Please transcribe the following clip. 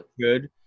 good